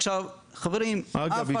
אגב,